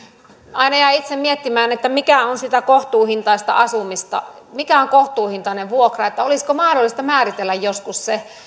aina jään itse miettimään mikä on sitä kohtuuhintaista asumista mikä on kohtuuhintainen vuokra olisiko mahdollista määritellä joskus se